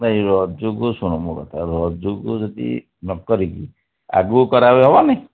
ନାଇଁ ରଜକୁ ଶୁଣ ମୋ କଥା ରଜକୁ ଯଦି ନ କରିକି ଆଗକୁ କରାହେଲେ ହେବନି